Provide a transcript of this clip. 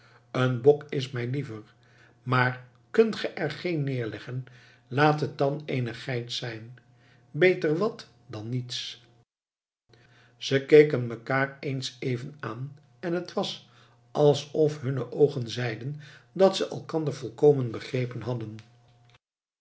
een bok is mij liever maar kunt ge er geen neerleggen laat het dan eene geit zijn beter wat dan niets ze keken mekaêr eens even aan en het was alsof hunne oogen zeiden dat ze elkander volkomen begrepen hadden